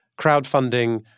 crowdfunding